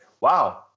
wow